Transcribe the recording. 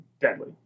deadly